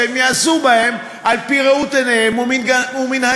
שהם יעשו בהם על-פי ראות עיניהם ומנהגיהם.